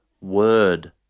word